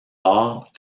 bord